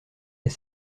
est